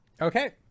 Okay